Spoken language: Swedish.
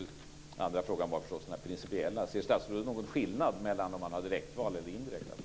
Den andra frågan gällde förstås det här mer principiella: Ser statsrådet någon skillnad mellan om man har direkta val eller indirekta?